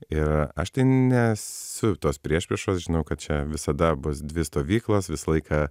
ir aš nesu tos priešpriešos žinau kad čia visada bus dvi stovyklos visą laiką